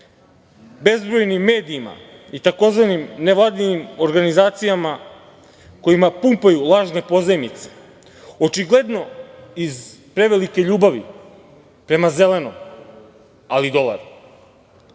bezbrojnim medijima i tzv. nevladinim organizacijama kojima pumpaju lažne pozajmice. Očigledno iz prevelike ljubavi prema zelenom, ali dolaru. Narod